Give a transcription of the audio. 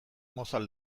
mozal